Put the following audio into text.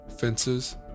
fences